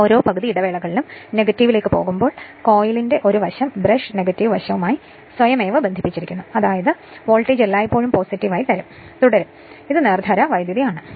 അതായത് ഓരോ പകുതി ഇടവേളകളിലും നെഗറ്റീവിലേക്ക് പോകുമ്പോൾ കോയിലിന്റെ ഒരു വശം ബ്രഷ് നെഗറ്റീവ് വശവുമായി സ്വയമേവ ബന്ധിപ്പിച്ചിരിക്കുന്നു അതായത് വോൾട്ടേജ് എല്ലായ്പ്പോഴും പോസിറ്റീവ് ആയി തുടരും അതിനാൽ ഇത് നേർധാരാ വൈദ്യുതി ആണ്